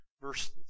verse